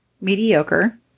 mediocre